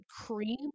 cream